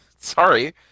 Sorry